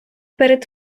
перед